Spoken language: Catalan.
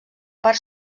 part